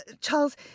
Charles